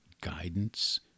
guidance